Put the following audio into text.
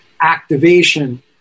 activation